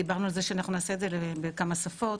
דיברנו על זה שאנחנו נעשה את זה בכמה שפות.